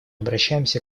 обращаемся